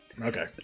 Okay